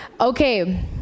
Okay